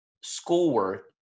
schoolwork